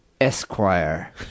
Esquire